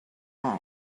moss